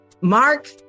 mark